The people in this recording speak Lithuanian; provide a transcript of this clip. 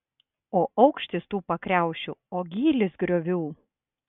o aukštis tų pakriaušių o gylis griovų